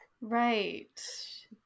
Right